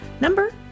number